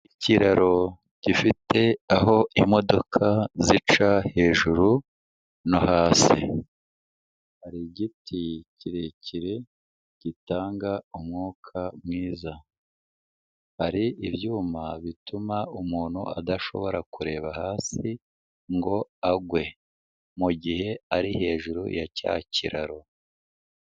Ikiraro gifite aho imodoka zica hejuru no hasi, hari igiti kirekire gitanga umwuka mwiza, hari ibyuma bituma umuntu adashobora kureba hasi ngo agwe mu mugihe ari hejuru ya cya kiraro.